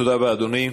תודה רבה, אדוני.